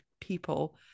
people